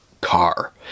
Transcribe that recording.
car